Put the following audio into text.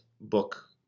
book